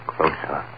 Closer